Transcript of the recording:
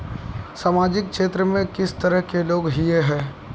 सामाजिक क्षेत्र में किस तरह के लोग हिये है?